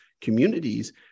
communities